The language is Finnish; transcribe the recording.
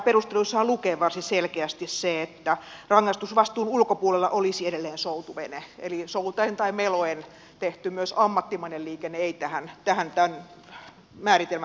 perusteluissahan lukee varsin selkeästi se että rangaistusvastuun ulkopuolella olisi edelleen soutuvene eli soutaen tai meloen tehty myöskään ammattimainen liikenne ei tähän tämän määritelmän mukaan kuuluisi